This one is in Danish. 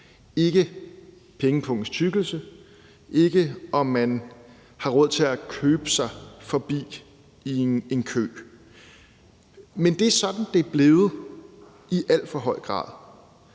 ikke pengepungens tykkelse, og ikke, om man har råd til at købe sig forbi en kø. Men det er sådan, det er blevet i alt for høj grad.